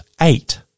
eight